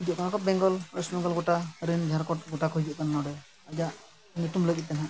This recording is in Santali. ᱦᱤᱡᱩᱜ ᱠᱟᱱᱟ ᱚᱠᱚ ᱵᱮᱝᱜᱚᱞ ᱳᱭᱮᱥᱴ ᱵᱮᱝᱜᱚᱞ ᱜᱚᱴᱟ ᱨᱤᱱ ᱡᱷᱟᱨᱠᱷᱚᱸᱰ ᱜᱚᱴᱟ ᱠᱚ ᱦᱤᱡᱩᱜ ᱠᱟᱱᱟ ᱱᱚᱰᱮ ᱟᱡᱟᱜ ᱧᱩᱛᱩᱢ ᱞᱟᱹᱜᱤᱫ ᱛᱮᱦᱟᱸᱜ